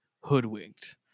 hoodwinked